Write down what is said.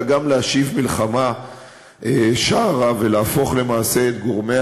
אלא גם להשיב מלחמה שערה ולהפוך למעשה את גורמי